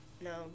No